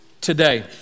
today